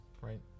Right